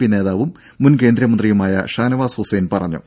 P നേതാവും മുൻ കേന്ദ്ര മന്ത്രിയുമായ ഷാനവാസ് ഹുസൈൻ പറഞ്ഞു